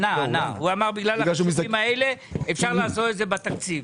הוא אמר שבגלל החישובים האלה אפשר לעשות את זה בתקציב.